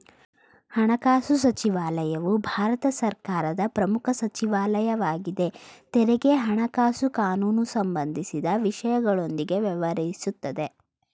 ಹಣಕಾಸುಸಚಿವಾಲಯವು ಭಾರತ ಸರ್ಕಾರದ ಪ್ರಮುಖ ಸಚಿವಾಲಯ ವಾಗಿದೆ ತೆರಿಗೆ ಹಣಕಾಸು ಕಾನೂನುಸಂಬಂಧಿಸಿದ ವಿಷಯಗಳೊಂದಿಗೆ ವ್ಯವಹರಿಸುತ್ತೆ